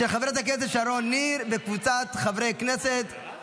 של חברת הכנסת שרון ניר וקבוצת חברי הכנסת.